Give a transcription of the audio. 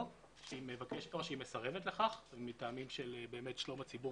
או שהיא מסרבת לכך מטעמים של שלום הציבור